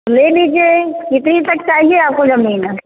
ले लीजिए कितनी तक चाहिए आपको जमीन